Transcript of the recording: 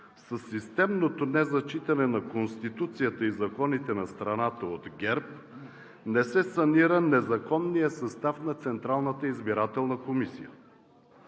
Със системното незачитане на Конституцията и законите на страната от ГЕРБ не се санира незаконният състав на Централната избирателна комисия.